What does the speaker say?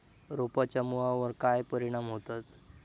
रोपांच्या मुळावर काय परिणाम होतत?